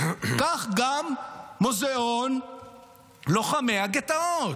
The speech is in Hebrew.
כך גם מוזיאון לוחמי הגטאות,